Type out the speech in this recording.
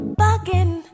bugging